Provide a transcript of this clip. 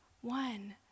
one